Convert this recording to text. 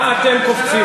מה אתם קופצים?